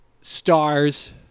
stars